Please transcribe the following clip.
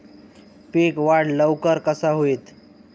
पीक वाढ लवकर कसा होईत?